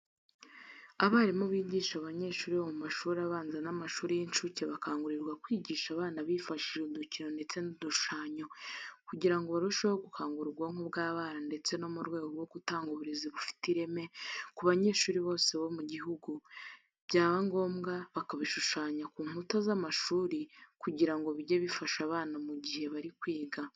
Abarimu bigisha abanyeshuri bo mu mashuri abanza n'amashuri y'incuke bakangurirwa kwigisha abana bifashishije udukino ndetse n'udushushanyo kugira ngo barusheho gukangura ubwonko bw'abana ndetse no mu rwego rwo gutanga uburezi bufite ireme ku banyeshuri bose mu gihugu byaba ngomba bakabishushanya ku nkuta z'amashuri kugira ngo bijye bifasha abana mu gihe bari kwiga.